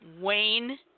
Wayne